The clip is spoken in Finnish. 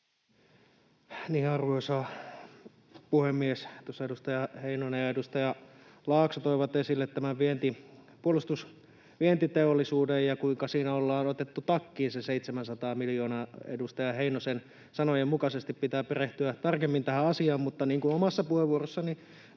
Arvoisa puhemies! Tuossa edustaja Heinonen ja edustaja Laakso toivat esille tämän puolustusvientiteollisuuden ja sen, kuinka siinä ollaan otettu takkiin se 700 miljoonaa, edustaja Heinosen sanojen mukaisesti. Pitää perehtyä tarkemmin tähän asiaan, mutta niin kuin omassa puheenvuorossani